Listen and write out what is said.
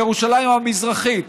בירושלים המזרחית,